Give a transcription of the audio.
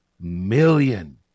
million